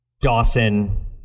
Dawson